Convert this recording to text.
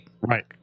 right